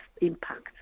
impact